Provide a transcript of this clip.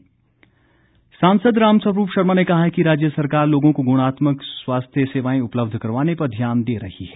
रामस्वरूप सांसद रामस्वरूप शर्मा ने कहा है कि राज्य सरकार लोगों को गुणात्मक स्वास्थ्य सेवाएं उपलब्ध करवाने पर ध्यान दे रही है